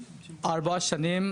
ארבע שנים,